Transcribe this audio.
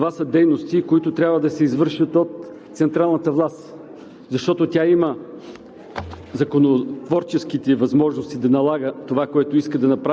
Затова ние подкрепяме и тяхното искане като цяло, че това са дейности, които трябва да се извършат от централната власт, защото тя има